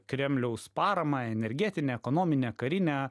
kremliaus parama energetine ekonomine karine